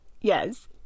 Yes